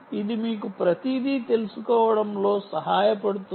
ఇది మీకు ప్రతిదీ తెలుసుకోవడంలో సహాయపడుతుంది